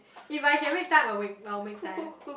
if I can make time I'll make I will make time